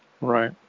Right